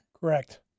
Correct